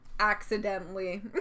accidentally